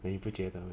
你不觉得 meh